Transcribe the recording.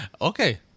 Okay